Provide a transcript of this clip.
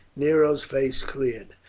nero's face cleared.